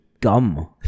gum